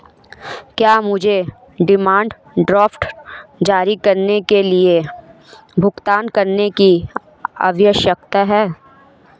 क्या मुझे demand draft जारी करने के लिए भुगतान करने की आवश्यकता है?